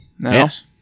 Yes